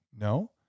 No